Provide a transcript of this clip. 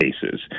cases